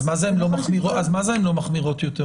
אז מה זה "הן לא מחמירות יותר"?